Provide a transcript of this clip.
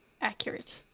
Accurate